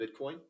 Bitcoin